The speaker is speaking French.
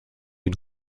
une